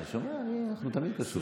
אני שומע, אני תמיד קשוב.